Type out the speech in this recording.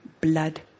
blood